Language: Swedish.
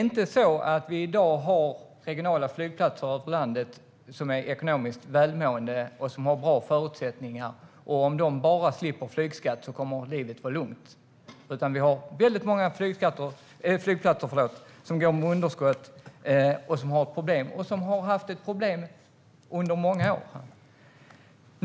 De regionala flygplatserna i landet är inte ekonomiskt välmående och har inte goda förutsättningar, och det är inte så att om de bara slipper flygskatt kommer livet att vara lugnt. Nej, det är många flygplatser som går med underskott, som har problem och som har haft problem under många år.